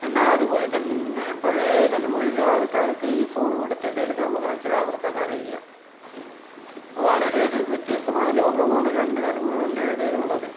എന്നാ അതുപോലെ തന്നെ പഴയ തലമുറയിലുള്ള ആൾക്കാർക്ക് ഈ ഫോണ് കൊടുത്തിട്ട് എടുക്കാൻ പറഞ്ഞാച്ചാല് അവർക്കത് അറിയില്ല അപ്പോൾ വളരെ അധികം വ്യത്യസ്തമായ ലോകമാണ് രണ്ട് തലമുറകളുടെ ഇടയിലുള്ളത്